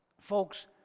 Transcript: Folks